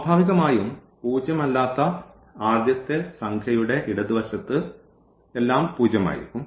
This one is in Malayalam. സ്വാഭാവികമായും പൂജ്യം അല്ലാത്ത ആദ്യത്തെ സംഖ്യയുടെ ഇടത് വശത്ത് എല്ലാം പൂജ്യം ആയിരിക്കും